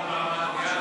לא נתקבלה.